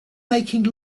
making